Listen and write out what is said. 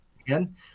again